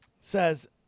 says